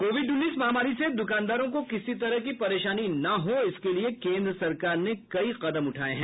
Covid उन्नीस महामारी से दुकानदारों को किसी तरह की परेशानी ना हो इसके लिए केन्द्र सरकार ने कई कदम उठाए हैं